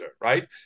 right